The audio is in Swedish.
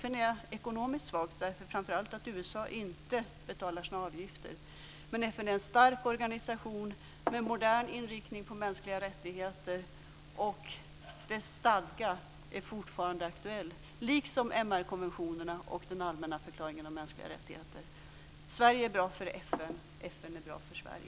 FN är ekonomiskt svagt framför allt därför att USA inte betalar sina avgifter, men FN är en stark organisation med en modern inriktning på mänskliga rättigheter och dess stadga är fortfarande aktuell - liksom MR-konventionerna och den allmänna förklaringen om mänskliga rättigheter. Sverige är bra för FN. FN är bra för Sverige.